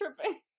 tripping